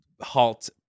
halt